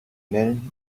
then